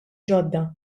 ġodda